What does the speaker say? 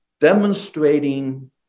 demonstrating